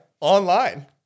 online